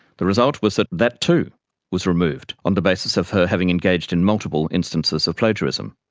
the result was that that too was removed on the basis of her having engaged in multiple instances of plagiarism.